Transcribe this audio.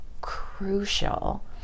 crucial